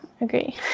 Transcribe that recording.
agree